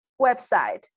website